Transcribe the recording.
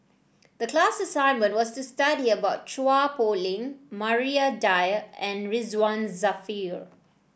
the class assignment was to study about Chua Poh Leng Maria Dyer and Ridzwan Dzafir